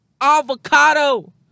avocado